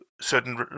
Certain